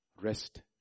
rest